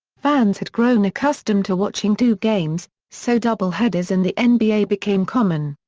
fans had grown accustomed to watching two games, so doubleheaders in the nba became common.